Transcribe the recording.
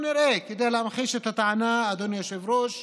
כדי להמחיש את הטענה, אדוני היושב-ראש,